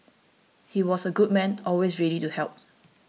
he was a good man always ready to help